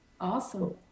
Awesome